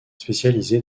spécialisé